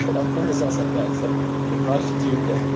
ah cortisol is like that. it's like the prostitute that